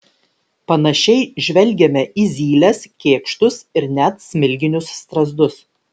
panašiai žvelgiame į zyles kėkštus ir net smilginius strazdus